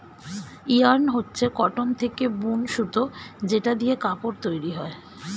yarn হচ্ছে cotton থেকে বুন সুতো যেটা দিয়ে কাপড় তৈরী হয়